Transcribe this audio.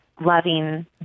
loving